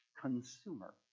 consumer